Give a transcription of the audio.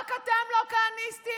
רק אתם לא כהניסטים?